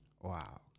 Wow